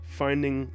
finding